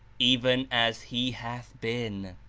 even as he hath been.